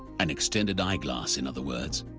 an extended eyeglass, in other words,